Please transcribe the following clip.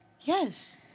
Yes